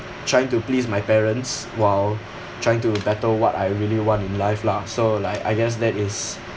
trying to please my parents while trying to battle what I really want in life lah so like I guess that is